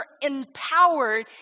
empowered